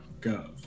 gov